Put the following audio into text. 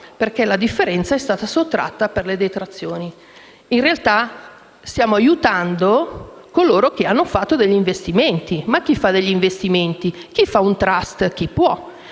perché la differenza è stata sottratta per le detrazioni. In realtà stiamo quindi aiutando chi ha fatto degli investimenti, ma chi fa degli investimenti, chi fa un *trust*? Chi può,